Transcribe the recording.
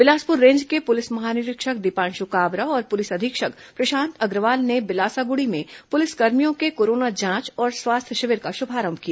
Bilaspur range के पुलिस महानिरीक्षक दीपांशु काबरा और पुलिस अधीक्षक प्रशांत अग्रवाल ने बिलासागुड़ी में पुलिसकर्मियों के कोरोना जांच और स्वास्थ्य शिविर का शुभारंभ किया